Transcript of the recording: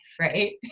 Right